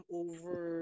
over